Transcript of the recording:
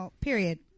Period